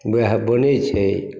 वएह बनै छै